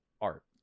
art